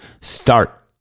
Start